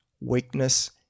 weakness